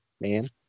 man